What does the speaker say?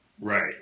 Right